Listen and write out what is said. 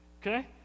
Okay